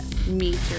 meet